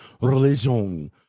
religion